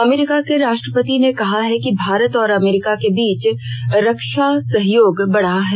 America के राष्ट्रपति ने कहा है कि भारत और अमेरिका के बीच रक्षा सहयोग बढ़ा है